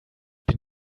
bin